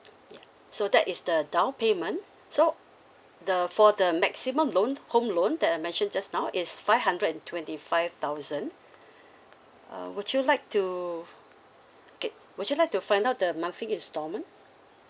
ya so that is the down payment so the for the maximum loan home loan that I mentioned just now is five hundred and twenty five thousand uh would you like to okay would you like to find out the monthly installment